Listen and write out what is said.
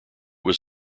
was